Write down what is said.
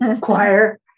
Choir